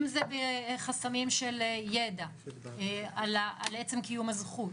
אם זה בחסמים של ידע, על עצם קיום הזכות,